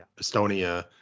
Estonia